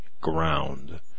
ground